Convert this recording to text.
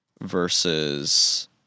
versus